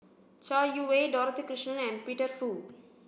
Chai Yee Wei Dorothy Krishnan and Peter Fu